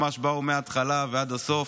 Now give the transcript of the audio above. ממש באו מההתחלה ועד הסוף: